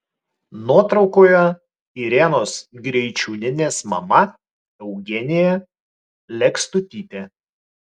nuotraukoje irenos greičiūnienės mama eugenija lekstutytė